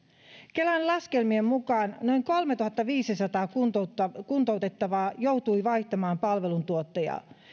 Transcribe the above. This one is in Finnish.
kelan laskelmien mukaan noin kolmetuhattaviisisataa kuntoutettavaa kuntoutettavaa joutui vaihtamaan palveluntuottajaa